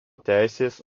teisės